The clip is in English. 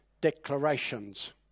declarations